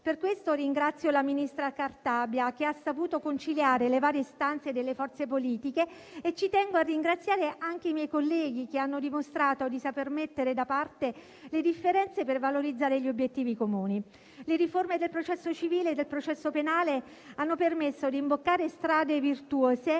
Per questo ringrazio la ministra Cartabia, che ha saputo conciliare le varie istanze delle forze politiche. Ci tengo a ringraziare anche i miei colleghi, che hanno dimostrato di saper mettere da parte le differenze per valorizzare gli obiettivi comuni. Le riforme del processo civile e del processo penale hanno permesso di imboccare strade virtuose